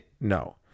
No